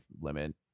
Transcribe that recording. limit